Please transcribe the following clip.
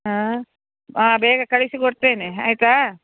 ಹಾಂ ಹಾಂ ಬೇಗ ಕಳಿಸಿಕೊಡ್ತೇನೆ ಆಯಿತಾ